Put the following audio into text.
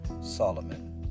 Solomon